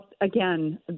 again